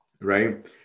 Right